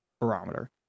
barometer